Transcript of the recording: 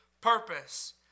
purpose